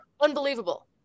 unbelievable